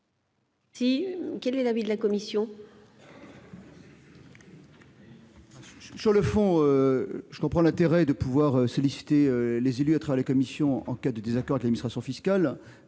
Quel est l'avis de la commission ? Sur le fond, je comprends l'intérêt de solliciter les élus, au travers des commissions, en cas de désaccord avec l'administration fiscale.